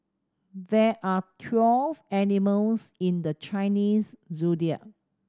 there are twelve animals in the Chinese Zodiac